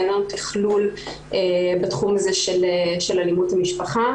אין לנו תכלול בתחום הזה של אלימות במשפחה.